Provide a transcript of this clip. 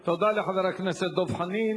תודה לחבר הכנסת דב חנין.